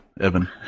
Evan